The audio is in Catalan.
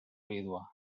vídua